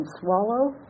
swallow